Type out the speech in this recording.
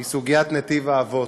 היא סוגיית נתיב האבות.